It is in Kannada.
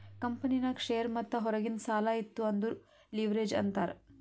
ಕಂಪನಿನಾಗ್ ಶೇರ್ ಮತ್ತ ಹೊರಗಿಂದ್ ಸಾಲಾ ಇತ್ತು ಅಂದುರ್ ಲಿವ್ರೇಜ್ ಅಂತಾರ್